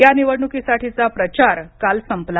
या निवडणुकीसाठीचा प्रचार काल संपला